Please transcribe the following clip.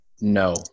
no